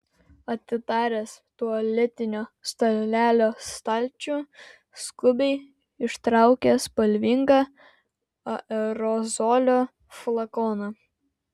atidaręs tualetinio stalelio stalčių skubiai ištraukė spalvingą aerozolio flakoną